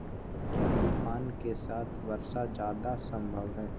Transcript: क्या तूफ़ान के साथ वर्षा जायदा संभव है?